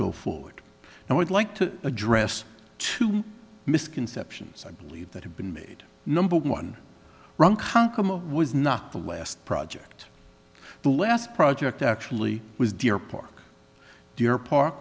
go forward and would like to address two misconceptions i believe that have been made number one wrong how come i was not the last project the last project actually was deer park deer park